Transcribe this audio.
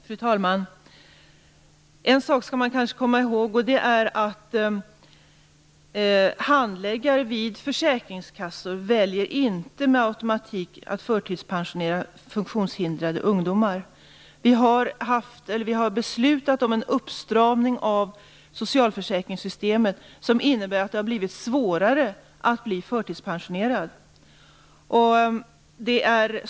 Fru talman! En sak skall man komma ihåg: Handläggare vid försäkringskassor väljer inte med automatik att förtidspensionera funktionshindrade ungdomar. Vi har beslutat om en uppstramning av socialförsäkringssystemet som innebär att det har blivit svårare att bli förtidspensionerad.